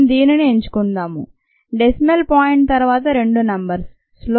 మనం దీనిని ఎంచుకుందాము డెసిమల్ పాయింట్ తరువాత రెండు నంబర్స్ స్లోప్ 58